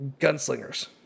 gunslingers